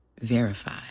verify